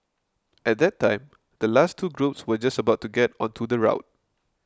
at that time the last two groups were just about to get onto the route